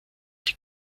die